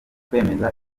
kwemeza